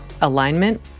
alignment